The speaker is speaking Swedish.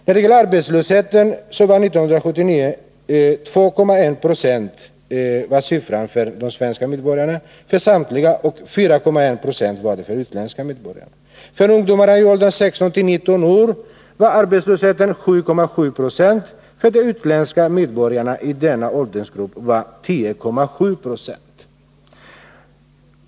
När det gäller arbetslösheten var år 1979 siffran 2,1 20 för samtliga svenska medborgare och 4,1 96 för utländska medborgare. För svenska ungdomar i åldern 16-19 år var arbetslöshetssiffran 7,7 20, för utländska medborgare i denna åldersgrupp 10,7 20.